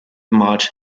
march